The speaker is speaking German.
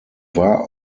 war